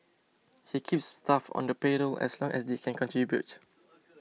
he keeps staff on the payroll as long as they can contribute